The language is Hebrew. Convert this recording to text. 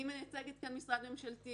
אני מייצגת פה משרד ממשלתי